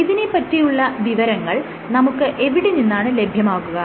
ഇതിനെ പറ്റിയുള്ള വിവരങ്ങൾ നമുക്ക് എവിടെ നിന്നാണ് ലഭ്യമാകുക